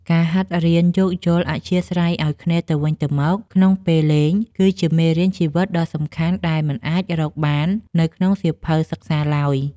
ការហាត់រៀនយោគយល់អធ្យាស្រ័យឱ្យគ្នាទៅវិញទៅមកក្នុងពេលលេង គឺជាមេរៀនជីវិតដ៏សំខាន់ដែលមិនអាចរកបាននៅក្នុងសៀវភៅសិក្សាឡើយ។